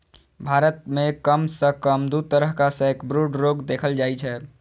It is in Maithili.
भारत मे कम सं कम दू तरहक सैकब्रूड रोग देखल जाइ छै